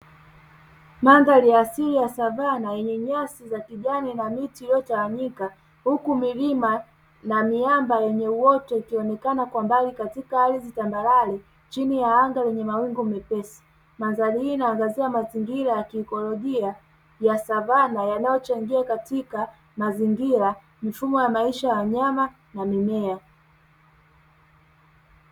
Mandhari ya asili ya savana, yenye nyasi za kijani na miti iliyotawanyika, huku milima na miamba yenye uoto ikionekana kwa mbali katika ardhi tambarale chini ya anga yenye mawingu mepesi. Mandhari hii inaangazia mazingira ya kiikolojia ya savana yanayochangia katika mazingira, mifumo ya maisha ya wanyama na mimea.